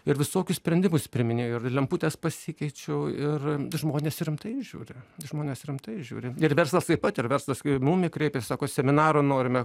ir visokius sprendimus priiminėju ir lemputes pasikeičiau ir žmonės rimtai žiūri žmonės rimtai žiūri ir verslas taip pat ir verslas kai į mumi kreipiasi sako seminarų norime